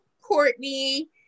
Courtney